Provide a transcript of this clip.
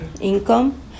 income